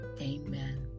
Amen